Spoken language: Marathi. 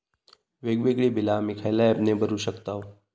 वेगवेगळी बिला आम्ही खयल्या ऍपने भरू शकताव?